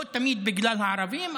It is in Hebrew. לא תמיד בגלל הערבים,